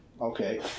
Okay